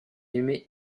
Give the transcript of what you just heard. aimait